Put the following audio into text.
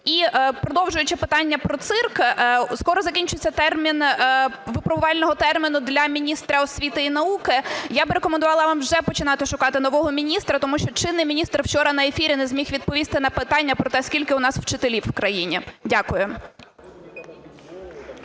І продовжуючи питання про цирк. Скоро закінчиться термін випробувального терміну для міністра освіти і науки. Я би рекомендувала вам вже починати шукати нового міністра, тому що чинний міністр вчора на ефірі не зміг відповісти на питання про те, скільки у нас вчителів в країні. Дякую.